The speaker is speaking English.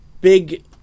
big